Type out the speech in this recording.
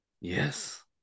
Yes